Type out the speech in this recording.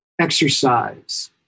exercise